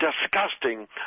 disgusting